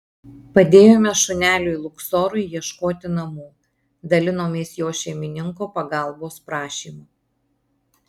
padėjome šuneliui luksorui ieškoti namų dalinomės jo šeimininko pagalbos prašymu